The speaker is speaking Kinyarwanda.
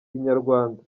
inyarwanda